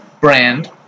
brand